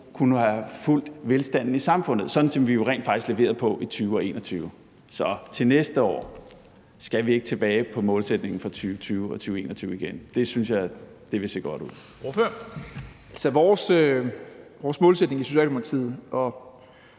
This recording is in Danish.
kunne have fulgt velstanden i samfundet, hvad vi jo rent faktisk leverede på i 2020 og 2021. Så til næste år skal vi så ikke tilbage til målsætningen fra 2020 og 2021 igen? Det synes jeg ville se godt ud.